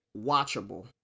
watchable